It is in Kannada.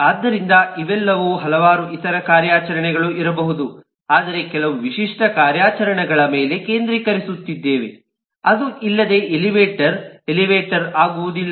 ಆದ್ದರಿಂದ ಇವೆಲ್ಲವೂ ಹಲವಾರು ಇತರ ಕಾರ್ಯಾಚರಣೆಗಳು ಇರಬಹುದು ಆದರೆ ಕೆಲವು ವಿಶಿಷ್ಟ ಕಾರ್ಯಾಚರಣೆಗಳ ಮೇಲೆ ಕೇಂದ್ರೀಕರಿಸುತ್ತಿದ್ದೇನೆ ಅದು ಇಲ್ಲದೆ ಎಲಿವೇಟರ್ ಎಲಿವೇಟರ್ ಆಗುವುದಿಲ್ಲ